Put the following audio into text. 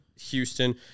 Houston